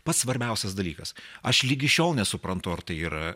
pats svarbiausias dalykas aš ligi šiol nesuprantu ar tai yra